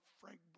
Frank